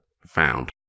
found